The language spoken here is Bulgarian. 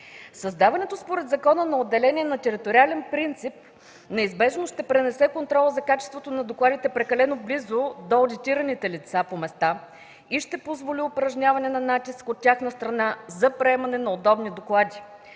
Създаването според закона на отделения на териториален принцип неизбежно ще пренесе контрола за качеството на докладите прекалено близо до одитираните лица по места и ще позволи упражняването на натиск от тяхна страна за приемане на удобни доклади.